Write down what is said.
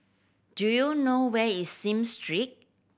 do you know where is Smith Street